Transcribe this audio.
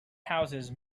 houses